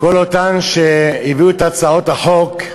כל אותן שהביאו את הצעות החוק,